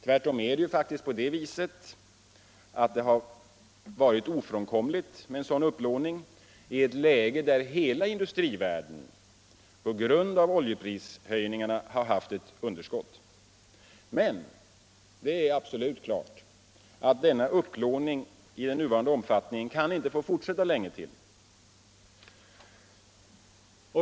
Tvärtom har den varit ofrånkomlig i ett läge där hela industrivärlden på grund av oljeprishöjningarna haft ett underskott. Men — och det är absolut klart — en upplåning av den nuvarande omfattningen kan inte få fortsätta länge till.